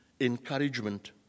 encouragement